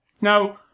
Now